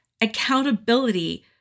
accountability